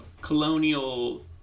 colonial